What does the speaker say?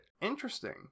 Interesting